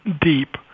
deep